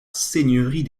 seigneurie